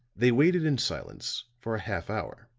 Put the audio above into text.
they waited in silence for a half hour